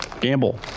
gamble